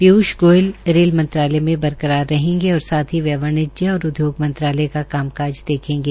Piyush Goyal rail मंत्रालय में बरकार रहेंगे और साथ ही वह वाणिज्य और उदयोग मंत्रालय का कामकाज देखेंगे